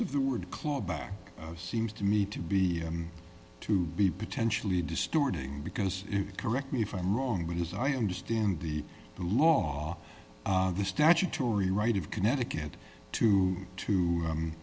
of the word clawback seems to me to be to be potentially distorting because correct me if i'm wrong but as i understand the law the statutory right of connecticut to to